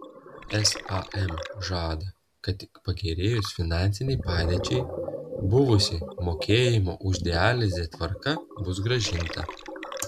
sam žada kad tik pagerėjus finansinei padėčiai buvusi mokėjimo už dializę tvarka bus grąžinta